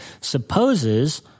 supposes